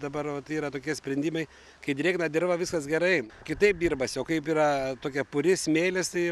dabar vat yra tokie sprendimai kai drėgna dirva viskas gerai kitaip dirbasi o kaip yra tokia puri smėlis tai